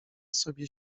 sobie